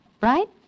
Right